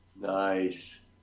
Nice